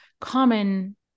common